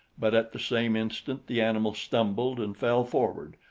but at the same instant the animal stumbled and fell forward,